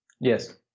Yes